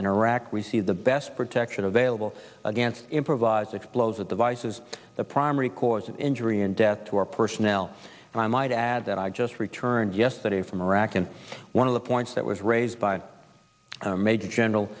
in iraq receive the best protection available against improvised explosive devices the primary cause of injury and death to our personnel and i might add that i just returned yesterday from iraq and one of the points that was raised by major general